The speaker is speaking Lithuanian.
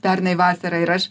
pernai vasarą ir aš